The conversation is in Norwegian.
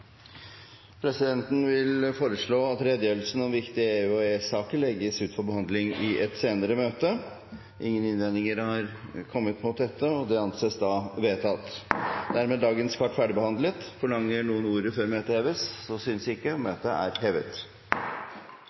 Presidenten vil foreslå at redegjørelsen om viktige EU- og EØS-saker legges ut for behandling i et senere møte. – Det anses vedtatt. Dermed er dagens kart ferdigbehandlet. Forlanger noen ordet før møtet heves? – Møtet er hevet.